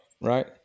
right